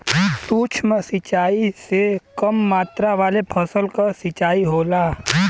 सूक्ष्म सिंचाई से कम मात्रा वाले फसल क सिंचाई होला